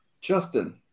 Justin